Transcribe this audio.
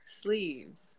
sleeves